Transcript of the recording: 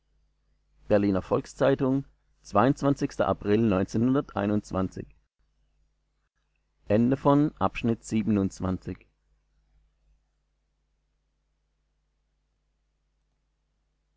berliner volks-zeitung april